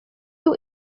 you